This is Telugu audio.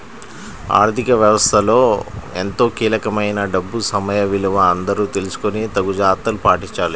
ఆర్ధిక వ్యవస్థలో ఎంతో కీలకమైన డబ్బు సమయ విలువ అందరూ తెలుసుకొని తగు జాగర్తలు పాటించాలి